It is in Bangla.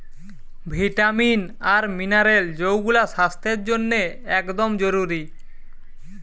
ভিটামিন আর মিনারেল যৌগুলা স্বাস্থ্যের জন্যে একদম জরুরি